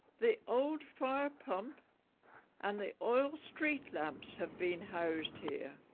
the old fire pump and the oil street lamps have been housed here